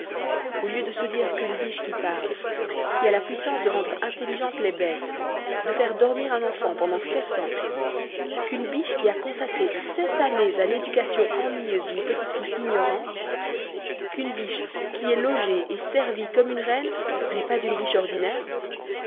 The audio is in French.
au lieu de se dire qu'une biche qui parle qui a la puissance de rendre intelligentes les bêtes de faire dormir un enfant pendant sept ans qu'une biche qui a consacré ces sept années à l'éducation ennuyeuse d'une petite fille ignorante qu'une biche qui est logée et servie comme une reine n'est pas une biche ordinaire